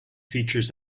features